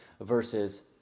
versus